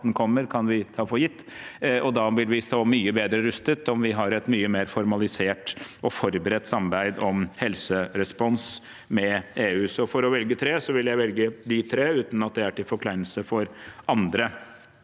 Da vil vi stå mye bedre rustet om vi har et mye mer formalisert og forberedt samarbeid om helserespons med EU. Så for å velge tre vil jeg velge de tre, uten at det er til forkleinelse for andre.